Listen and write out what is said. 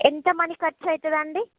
ఎంత మనీ ఖర్చు అవుతుందండి